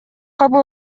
кабыл